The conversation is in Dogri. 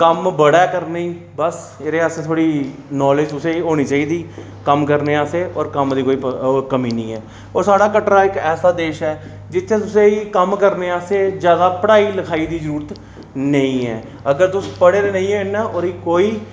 कम्म बड़ा ऐ करने गी बस एह्दे आस्तै थोह्ड़ी नालेज तुसेंगी बी होनी चाहिदी कम्म करने अस होर कम्मै दी कोई कमी निं ऐ होर साढ़ा कटरा इक साढ़ा ऐसा देश ऐ जित्थें तुसेंगी कम्म करने आस्तै जादा पढ़ाई लखाई दी जरूरत नेईं ऐ अगर तुस पढ़े दे निं ऐ ओह्दी कोई